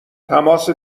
تماس